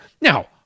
Now